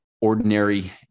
ordinary